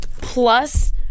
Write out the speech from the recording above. plus